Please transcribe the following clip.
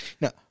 No